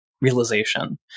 realization